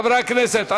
חברי הכנסת,